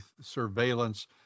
surveillance